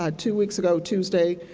ah two weeks ago, tuesday.